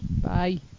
Bye